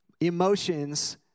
emotions